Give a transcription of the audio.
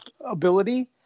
ability